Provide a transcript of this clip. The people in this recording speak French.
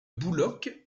bouloc